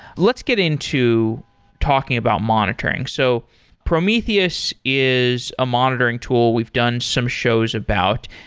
let's get into talking about monitoring. so prometheus is a monitoring tool we've done some shows about.